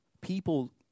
People